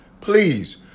Please